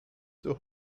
zur